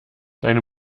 deine